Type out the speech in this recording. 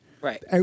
Right